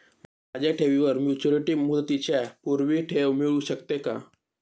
माझ्या ठेवीवर मॅच्युरिटी मुदतीच्या पूर्वी ठेव मिळू शकते का?